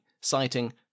citing